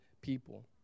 people